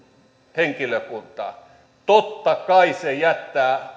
henkilökuntaa niin totta kai se jättää